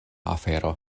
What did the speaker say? afero